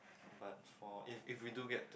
but for if if we do get to